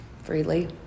freely